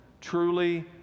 truly